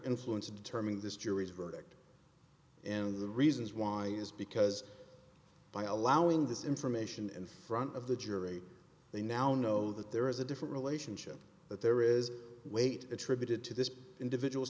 influence to determine this jury's verdict and the reasons why is because by allowing this information in front of the jury they now know that there is a different relationship that there is weight attributed to this individual